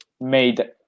made